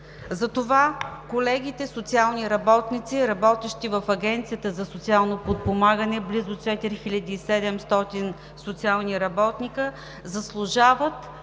Затова колегите социални работници, работещи в Агенцията за социално подпомагане – близо 4700 социални работници, заслужават